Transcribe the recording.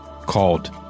called